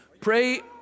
Pray